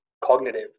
cognitive